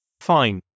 Fine